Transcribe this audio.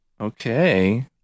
Okay